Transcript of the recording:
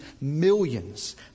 millions